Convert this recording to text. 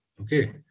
Okay